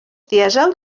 dièsel